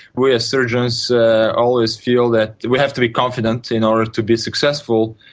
we as surgeons always feel that we have to be confident in order to be successful,